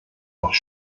aus